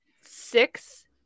six